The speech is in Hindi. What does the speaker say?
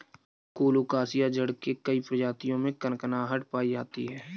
कोलोकासिआ जड़ के कई प्रजातियों में कनकनाहट पायी जाती है